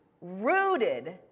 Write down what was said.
rooted